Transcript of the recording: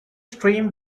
streamed